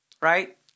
Right